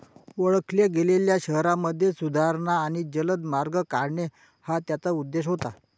ओळखल्या गेलेल्या शहरांमध्ये सुधारणा आणि जलद मार्ग काढणे हा त्याचा उद्देश होता